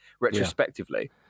retrospectively